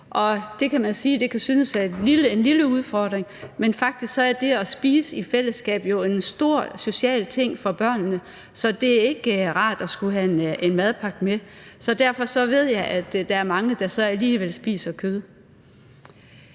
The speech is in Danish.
det kan man sige kan synes at være en lille udfordring, men faktisk er det at spise i et fællesskab jo en stor social ting for børnene, så det er ikke rart at skulle have en madpakke med. Så derfor ved jeg, at der er mange, der så alligevel spiser kød.